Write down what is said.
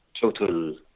total